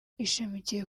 ishamikiye